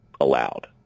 allowed